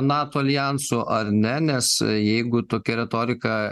nato aljansu ar ne nes jeigu tokia retorika